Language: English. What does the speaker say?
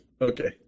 okay